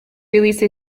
release